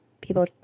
people